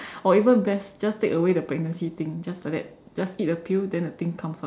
or even best just take away the pregnancy thing just like that just eat the pill then the thing comes out